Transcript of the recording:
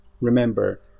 Remember